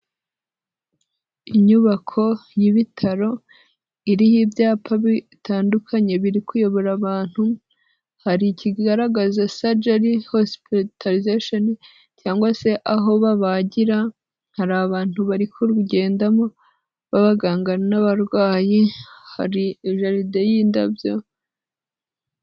Inyubako y'ibitaro iriho ibyapa bitandukanye biri kuyobora abantu, hari ikigaragaza sajari hosipitarizesheni cyangwa se aho babagira, hari abantu bari kugendamo b'abaganga n'abarwayi, hari jaride y'indabyo.